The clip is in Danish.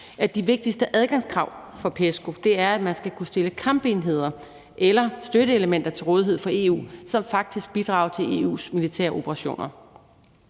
de vigtigste adgangskrav for PESCO er, at man skal kunne stille kampenheder eller støtteelementer til rådighed for EU, som faktisk bidrager til EU's militære operationer.